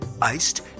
iced